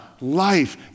life